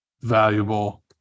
valuable